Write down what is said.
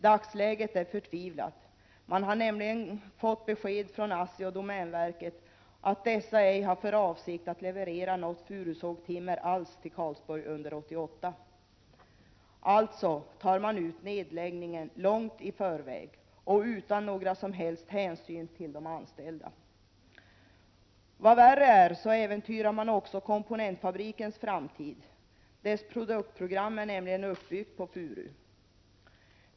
Dagsläget är förtvivlat. Man har nämligen fått besked från ASSI och domänverket att dessa ej har för avsikt att leverera något furusågtimmer alls till Karlsborg under 1988. Man tar alltså ut nedläggningen långt i förväg och utan några som helst hänsyn till de anställda. Vad värre är, man äventyrar också komponentfabrikens framtid. Dess produktprogram är nämligen uppbyggt på furu.